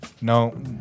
No